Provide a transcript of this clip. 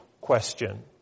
question